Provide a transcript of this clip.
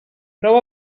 prou